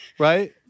Right